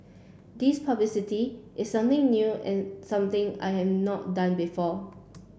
this publicity is something new in something I have not done before